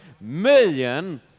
million